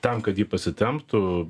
tam kad ji pasitemptų